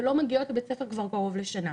שלא מגיעות לבית ספר כבר קרוב לשנה.